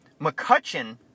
McCutcheon